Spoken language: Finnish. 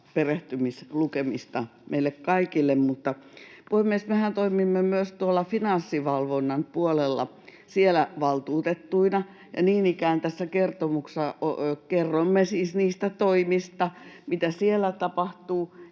perehtymislukemista meille kaikille. Puhemies! Mehän toimimme myös Finanssivalvonnan puolella valtuutettuina, ja tässä kertomuksessa kerromme siis niin ikään niistä toimista, mitä siellä tapahtuu.